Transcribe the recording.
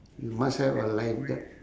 you must have a lifeguard